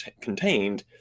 contained